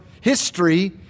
history